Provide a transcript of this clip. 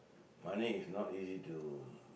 money is not easy to